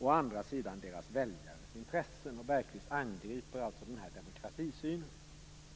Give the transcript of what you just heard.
å andra sidan deras väljares intressen. Bergqvist angriper alltså den här demokratisynen.